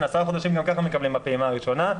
עשרה חודשים גם ככה מקבלים בפעימה הראשונה.